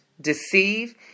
deceive